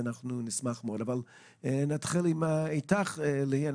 נתחיל איתך, ליהי.